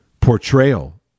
portrayal